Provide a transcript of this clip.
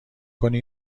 کنی